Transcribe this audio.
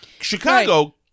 Chicago